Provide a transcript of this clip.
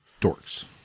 dorks